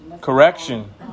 correction